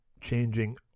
changing